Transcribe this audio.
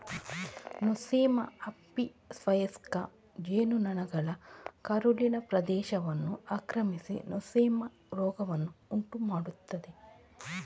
Nosema ಆಪಿಸ್ವಯಸ್ಕ ಜೇನು ನೊಣಗಳ ಕರುಳಿನ ಪ್ರದೇಶವನ್ನು ಆಕ್ರಮಿಸಿ ನೊಸೆಮಾ ರೋಗವನ್ನು ಉಂಟು ಮಾಡ್ತದೆ